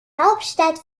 hauptstadt